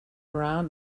around